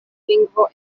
lingvo